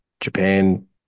Japan